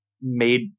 made